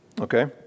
okay